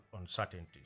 uncertainties